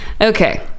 Okay